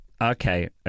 okay